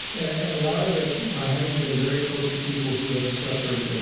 and a lot of it by having been very close to people who have suffered